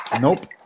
Nope